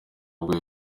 ubwo